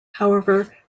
however